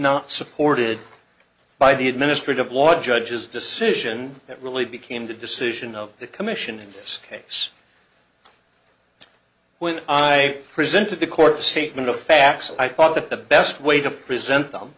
not supported by the administrative law judges decision that really became the decision of the commission in this case when i presented the court statement of facts i thought that the best way to present them